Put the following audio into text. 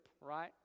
right